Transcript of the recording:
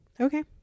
okay